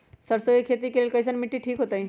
सरसों के खेती के लेल कईसन मिट्टी ठीक हो ताई?